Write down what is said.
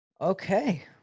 Okay